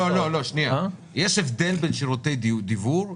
יש הבדל בין שירותי דיוור,